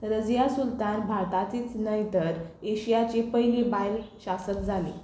रजिया सुलतान भारतांतच न्हय तर एशियाची पयली बायल शासक जाली